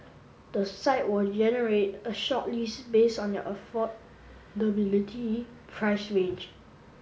the site will generate a shortlist based on their affordability price range